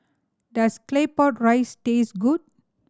does Claypot Rice taste good